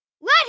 Let